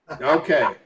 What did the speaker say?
okay